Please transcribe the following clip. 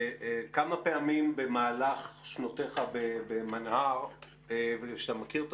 כמה פעמים במהלך שנותיך במנה"ר - ואתה מכיר את